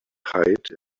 height